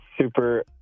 super